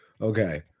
Okay